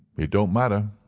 it don't matter.